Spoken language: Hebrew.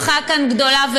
השמחה כאן גדולה,